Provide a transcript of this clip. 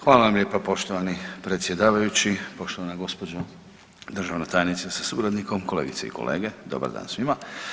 Hvala vam lijepa poštovani predsjedavajući, poštovana gđo. državna tajnice sa suradnikom, kolegice i kolege dobar dan svima.